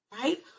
right